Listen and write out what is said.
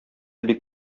бик